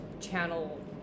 channel